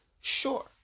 Sure